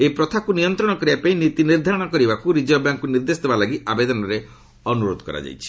ଏହି ପ୍ରଥାକୁ ନିୟନ୍ତ୍ରଣ କରିବା ପାଇଁ ନୀତି ନିର୍ଦ୍ଧାରଣ କରିବାକୁ ରିଜର୍ଭ ବ୍ୟାଙ୍କକୁ ନିର୍ଦ୍ଦେଶ ଦେବା ଲାଗି ଆବେଦନରେ ଅନୁରୋଧ କରାଯାଇଛି